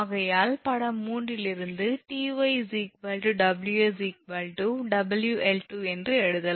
ஆகையால் படம் 3 இலிருந்து 𝑇𝑦 𝑊𝑠 𝑊𝑙2 என்று எழுதலாம்